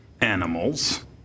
animals